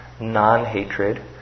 Non-hatred